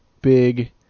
big